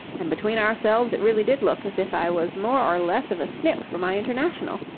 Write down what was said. and between ourselves it really did look as if i was more or less of a snip for my international.